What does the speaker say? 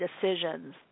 decisions